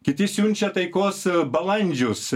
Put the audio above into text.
kiti siunčia taikos balandžius